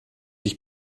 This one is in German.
ich